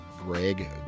Greg